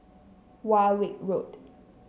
Warwick Road